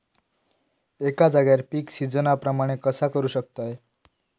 एका जाग्यार पीक सिजना प्रमाणे कसा करुक शकतय?